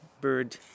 bird